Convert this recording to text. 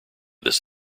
this